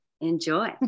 Enjoy